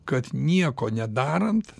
kad nieko nedarant